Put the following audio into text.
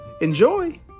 Enjoy